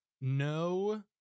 no